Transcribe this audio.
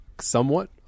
somewhat